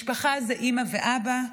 משפחה זה אימא ואבא,